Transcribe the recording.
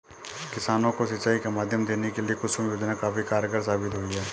किसानों को सिंचाई का माध्यम देने के लिए कुसुम योजना काफी कारगार साबित हुई है